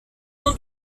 mon